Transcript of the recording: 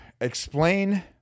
explain